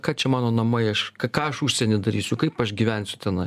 ką čia mano namai aš ką aš užsieny darysiu kaip aš gyvensiu tenai